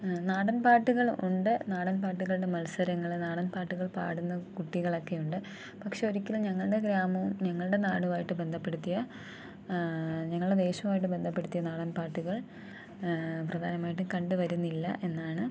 നാടൻ പാട്ടുകൾ ഉണ്ട് നാടൻ പാട്ടുകളുടെ മത്സരങ്ങള് നാടൻ പാട്ടുകൾ പാടുന്ന കുട്ടികളൊക്കെ ഉണ്ട് പക്ഷേ ഒരിക്കലും ഞങ്ങളുടെ ഗ്രാമവും ഞങ്ങളുടെ നാടുമായിട്ട് ബന്ധപ്പെടുത്തിയ ഞങ്ങളുടെ ദേശവുമായിട്ട് ബന്ധപ്പെടുത്തിയ നാടൻപാട്ടുകൾ പ്രധാനമായിട്ടും കണ്ടുവരുന്നില്ല എന്നാണ്